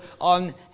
on